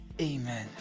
Amen